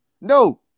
No